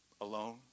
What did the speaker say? alone